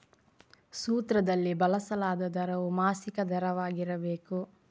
ಸೂತ್ರದಲ್ಲಿ ಬಳಸಲಾದ ದರವು ಮಾಸಿಕ ದರವಾಗಿರಬೇಕು